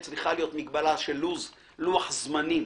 צריכה להיות מגבלת לוח זמנים